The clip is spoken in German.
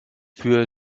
für